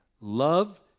love